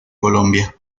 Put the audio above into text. colombia